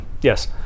Yes